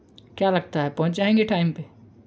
क्या लगता है पहुँच जाएँगे टाइम पर